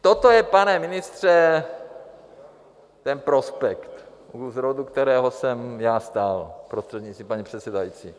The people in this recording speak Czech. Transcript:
Toto je, pane ministře, ten prospekt , u zrodu kterého jsem já stál, prostřednictvím paní předsedající.